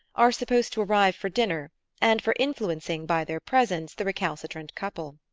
are supposed to arrive for dinner and for influencing by their presence the recalcitrant couple.